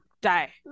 die